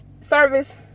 service